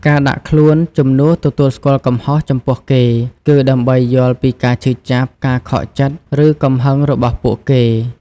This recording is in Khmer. ការដាក់ខ្លួនជំនួសទទួលស្គាល់កំហុសចំពោះគេគឺ ដើម្បីយល់ពីការឈឺចាប់ ការខកចិត្ត ឬកំហឹងរបស់ពួកគេ។